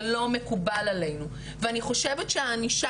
זה לא מקובל עלינו ואני חושבת שהענישה